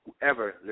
whoever